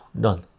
Done